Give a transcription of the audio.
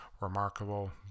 remarkable